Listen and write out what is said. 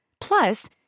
Plus